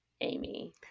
Amy